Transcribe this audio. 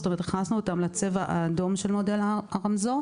כלומר הכנסנו אותם לצבע האדום של מודל הרמזור.